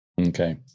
Okay